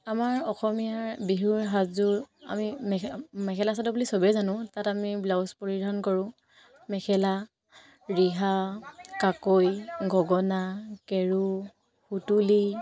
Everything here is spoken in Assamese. আমাৰ অসমীয়াৰ বিহুৰ সাজযোৰ আমি মেখেলা মেখেলা চাদৰ বুলি সবেই জানো তাত আমি ব্লাউজ পৰিধান কৰোঁ মেখেলা ৰিহা কাকৈ গগনা কেৰু সুতুলি